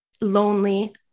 lonely